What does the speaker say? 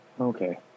Okay